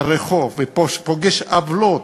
לרחוב, ופוגש עוולות,